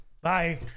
bye